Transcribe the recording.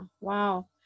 Wow